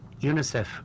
UNICEF